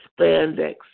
spandex